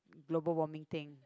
global warming thing